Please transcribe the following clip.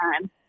time